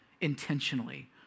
intentionally